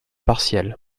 partiel